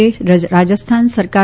એ રાજસ્થાન સરકાર